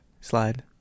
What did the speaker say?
Slide